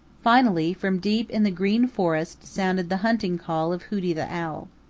finally from deep in the green forest sounded the hunting call of hooty the owl.